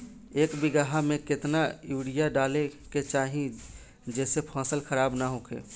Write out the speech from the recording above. एक बीघा में केतना यूरिया डाले के चाहि जेसे फसल खराब ना होख?